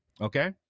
Okay